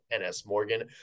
NSMorgan